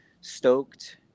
stoked